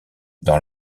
dans